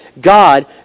God